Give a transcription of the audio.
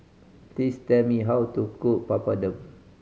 please tell me how to cook Papadum